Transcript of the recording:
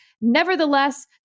Nevertheless